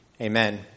Amen